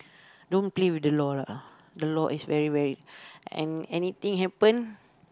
don't play with the law lah the law is very very any~ anything happen